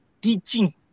teaching